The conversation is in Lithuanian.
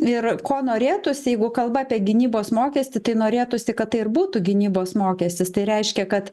ir ko norėtųsi jeigu kalba apie gynybos mokestį tai norėtųsi kad tai ir būtų gynybos mokestis tai reiškia kad